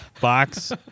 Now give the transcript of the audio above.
Box